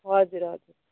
हजुर हजुर